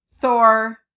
Thor